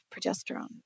progesterone